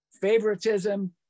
favoritism